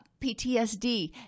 PTSD